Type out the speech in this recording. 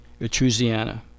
Etrusiana